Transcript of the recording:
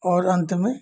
और अंत में